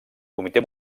comitè